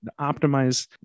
optimize